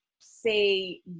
say